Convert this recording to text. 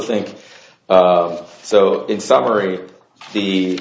think of so in summary the